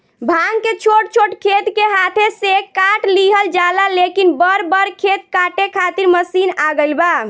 भांग के छोट छोट खेत के हाथे से काट लिहल जाला, लेकिन बड़ बड़ खेत काटे खातिर मशीन आ गईल बा